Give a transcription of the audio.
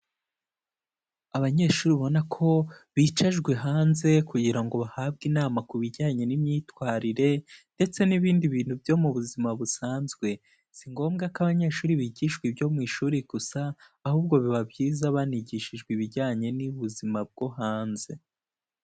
Abanyeshuri ubona ko, bicajwe hanze kugira ngo bahabwe inama ku bijyanye n'imyitwarire, ndetse n'ibindi bintu byo mu buzima busanzwe. Si ngombwa ko abanyeshuri bigishwa ibyo mu ishuri gusa, ahubwo biba byiza banigishijwe ibijyanye n'ubuzima bwo hanze.